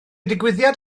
digwyddiad